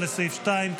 לסעיף 2,